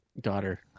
daughter